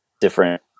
different